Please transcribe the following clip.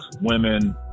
women